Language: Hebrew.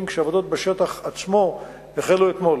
והעבודות בשטח עצמו החלו אתמול.